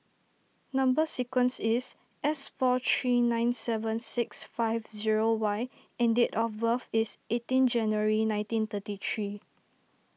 Number Sequence is S four three nine seven six five zero Y and date of birth is eighteen January nineteen thirty three